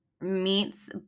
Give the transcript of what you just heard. meets